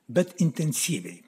bet intensyviai